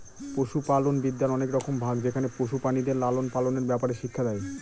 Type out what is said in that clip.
পশুপালনবিদ্যার অনেক রকম ভাগ যেখানে পশু প্রাণীদের লালন পালনের ব্যাপারে শিক্ষা দেয়